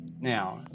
Now